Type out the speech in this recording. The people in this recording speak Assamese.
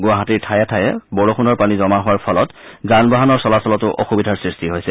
গুৱাহাটীৰ ঠায়ে ঠায়ে বৰষুণৰ পানী জমা হোৱাৰ ফলত যান বাহনৰ চলাচলতো অসুবিধাৰ সৃষ্টি হৈছে